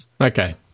Okay